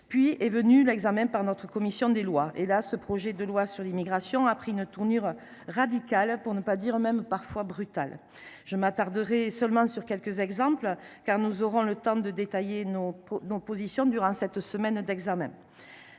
Puis est venu l’examen du texte par notre commission des lois – là, ce projet de loi sur l’immigration a pris une tournure radicale, parfois même brutale. Je m’attarderai seulement sur quelques exemples, car nous aurons le temps de détailler nos positions durant cette semaine d’examen.